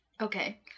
Okay